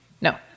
no